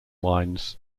wines